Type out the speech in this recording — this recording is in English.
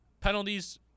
Penalties